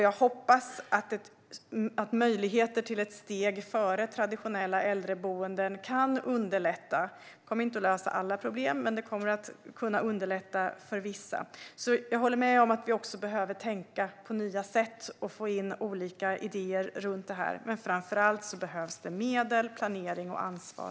Jag hoppas att möjligheter till ett steg före traditionella äldreboenden kan underlätta. Det kommer inte att lösa alla problem, men det kan underlätta för vissa. Jag håller med om att vi också behöver tänka på nya sätt och få in olika idéer om detta. Men framför allt behövs medel, planering och ansvar.